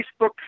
Facebook